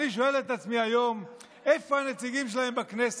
ואני שואל את עצמי היום: איפה הנציגים שלהם בכנסת?